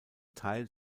teil